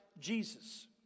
Jesus